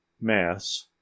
mass